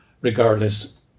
regardless